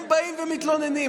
הם באים ומתלוננים,